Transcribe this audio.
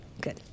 good